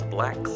Black